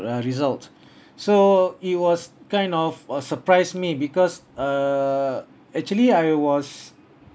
uh result so it was kind of a surprise me because err actually I was